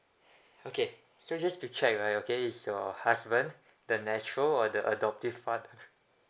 okay so just to check right okay is your husband the nature or the adoptive father